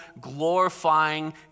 glorifying